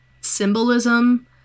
symbolism